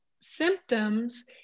symptoms